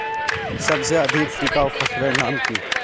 सबसे अधिक टिकाऊ फसलेर नाम की?